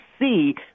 see